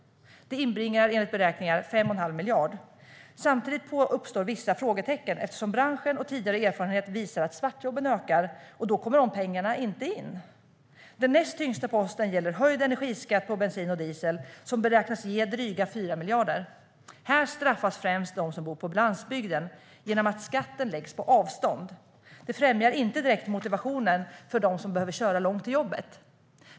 Det inbringar enligt beräkningar 5 1⁄2 miljard. Samtidigt uppstår vissa frågetecken eftersom branschen och tidigare erfarenhet visar att svartjobben ökar, och då kommer de pengarna inte in. Den näst tyngsta posten gäller höjd energiskatt på bensin och diesel, som beräknas ge dryga 4 miljarder. Här straffas främst de som bor på landsbygden genom att skatten läggs på avstånd. Det främjar inte direkt motivationen för dem som behöver köra långt till jobbet.